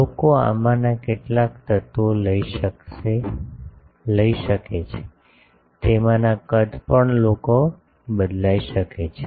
લોકો આમાંના કેટલાક તત્વો લઈ શકે છે તેમના કદ પણ લોકો બદલાઇ શકે છે